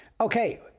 Okay